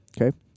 Okay